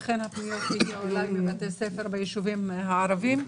אכן הפניות שהגיעו אליי מבתי ספר בישובים הערבים,